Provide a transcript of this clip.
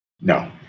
no